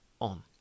on